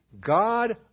God